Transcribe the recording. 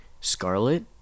scarlet